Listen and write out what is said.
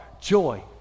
joy